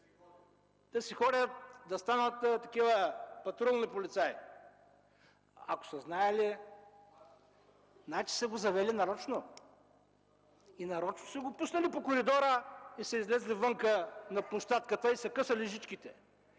да си ходят! Да станат патрулни полицаи. Ако са знаели, значи са го завели нарочно и нарочно са го пуснали по коридора, излезли са вън на площадката и са късали жичките.